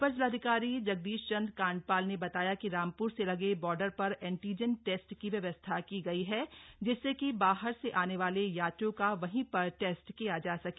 अपर जिलाधिकारी जगदीश चंद्र कांडपाल ने बताया कि रामप्र से लगे बॉर्डर पर एंटीजन टेस्ट की व्यवस्था की गई है जिससे कि बाहर से आने वाले यात्रियों का वहीं पर टेस्ट किया जा सके